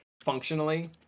functionally